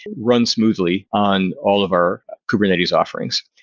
run smoothly on all of our kubernetes offerings.